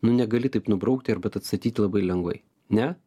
nu negali taip nubraukti arba atstatyti labai lengvai ne